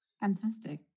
Fantastic